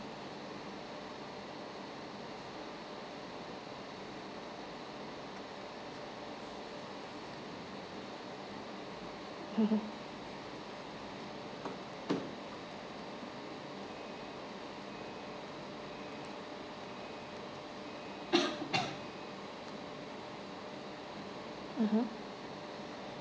mmhmm (uh huh)